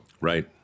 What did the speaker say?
Right